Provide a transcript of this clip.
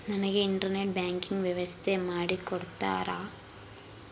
ನನಗೆ internet banking ವ್ಯವಸ್ಥೆ ಮಾಡಿ ಕೊಡ್ತೇರಾ?